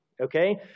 okay